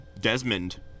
desmond